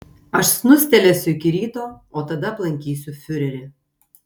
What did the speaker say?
aš snustelėsiu iki ryto o tada aplankysiu fiurerį